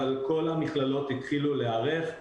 אבל כל המכללות התחילו להיערך,